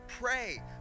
pray